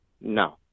No